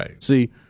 See